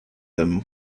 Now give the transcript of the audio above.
them